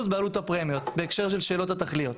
בעלות הפרמיות בהקשר של שאלות התכליות.